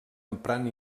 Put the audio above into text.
emprant